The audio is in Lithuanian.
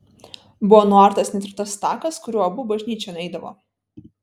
buvo nuartas net ir tas takas kuriuo abu bažnyčion eidavo